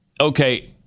okay